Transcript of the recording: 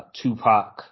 Tupac